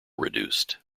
reduced